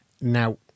Now